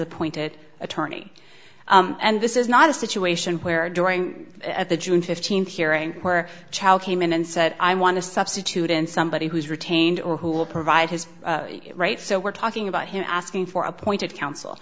appointed attorney and this is not a situation where during at the june fifteenth hearing where a child came in and said i want to substitute in somebody who is retained or who will provide his right so we're talking about him asking for appointed counsel